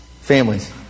families